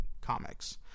comics